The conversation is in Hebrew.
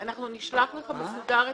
הישיבה נעולה.